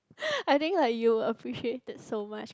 I think like you appreciate it so much